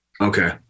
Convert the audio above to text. Okay